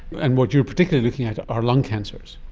and what you are particularly looking at are lung cancers.